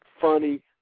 funny